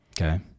Okay